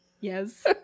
Yes